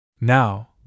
Now